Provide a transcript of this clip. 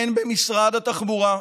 הן במשרד התחבורה,